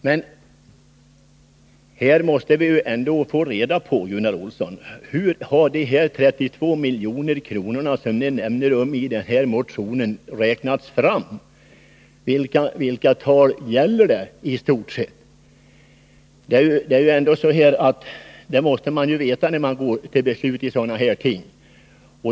Men här måste vi få reda på, Gunnar Olsson, hur de 32 miljoner som ni nämner i motionen har räknats fram. Vilka tal gäller det? Det måste man veta innan man går till beslut.